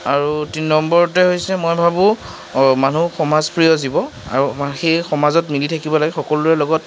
আৰু তিনি নম্বৰতে হৈছে মই ভাবোঁ মানুহ সমাজপ্ৰিয় জীৱ আৰু আমাৰ সেই সমাজত মিলি থাকিব লাগে সকলোৰে লগত